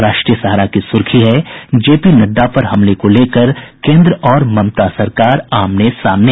राष्ट्रीय सहारा की सुर्खी है जेपी नड्डा पर हमले को लेकर केंद्र और ममता सरकार आमने सामने